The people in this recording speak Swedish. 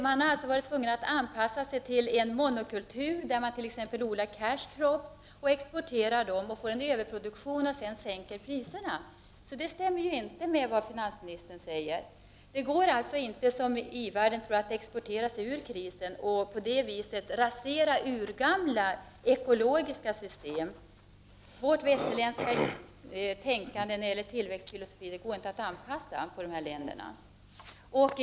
Man har således blivit tvungen att anpassa sig till en monokultur där man t.ex. odlar cash crops, exporterar dem, får en överproduktion och sedan sänker priserna. Detta stämmer inte med vad finansministern säger. Det går inte såsom ivärlden tror att exportera sig ur krisen och på det sättet rasera urgamla ekologiska system. Vårt västerländska tänkande när det gäller tillväxtfilosofi går inte att anpassa till dessa länder.